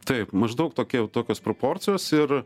taip maždaug tokia jau tokios proporcijos ir